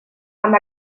amb